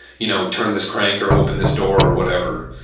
you know, turn this crank or open this door or whatever,